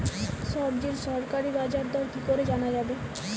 সবজির সরকারি বাজার দর কি করে জানা যাবে?